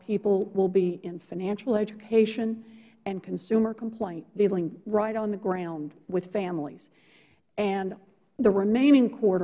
people will be in financial education and consumer complaint dealing right on the ground with families and the remaining quarter